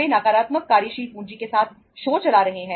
वे एक नकारात्मक कार्यशील पूंजी के साथ शो चला रहे हैं